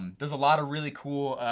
and there's a lot of really cool,